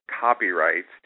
copyrights